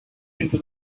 into